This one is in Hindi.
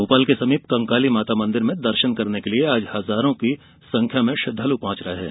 भोपाल के समीप कंकाली माता मंदिर में दर्शन करने के लिये आज हजारों की संख्या में श्रद्वालु पहुंच रहे हैं